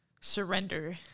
surrender